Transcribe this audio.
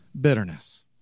bitterness